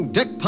Dick